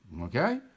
Okay